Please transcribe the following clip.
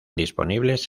disponibles